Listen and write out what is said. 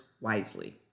wisely